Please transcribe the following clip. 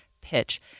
pitch